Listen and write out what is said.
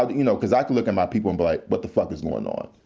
ah you know because i can look at my people and be like, what the fuck is going on?